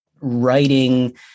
writing